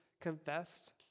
confessed